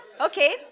Okay